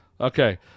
Okay